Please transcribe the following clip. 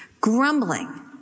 Grumbling